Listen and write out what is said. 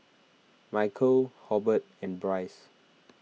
Micheal Hobert and Bryce